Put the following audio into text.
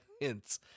hints